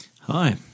Hi